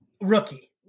rookie